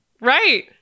Right